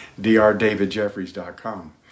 drdavidjeffries.com